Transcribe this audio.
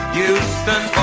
Houston